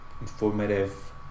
informative